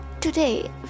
today